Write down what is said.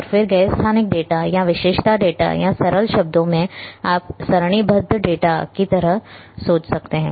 और फिर गैर स्थानिक डेटा या विशेषता डेटा या सरल शब्दों में आप एक सारणीबद्ध डेटा की तरह सोच सकते हैं